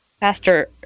pastor